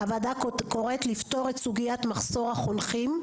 הוועדה קוראת לפתור את סוגיית מחסור החונכים.